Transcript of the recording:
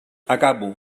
acabo